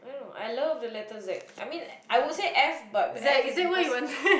I don't know I love the letter Z I mean I would say F but F is because